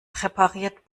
präpariert